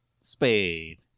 spade